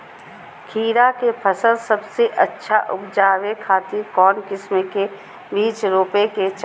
खीरा के फसल सबसे अच्छा उबजावे खातिर कौन किस्म के बीज रोपे के चाही?